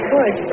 Good